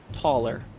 taller